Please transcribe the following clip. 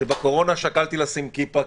שבקורונה שקלתי לשים כיפה,